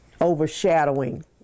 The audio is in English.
overshadowing